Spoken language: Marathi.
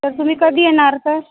तर तुम्ही कधी येणार सर